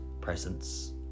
presence